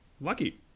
Lucky